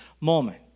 moment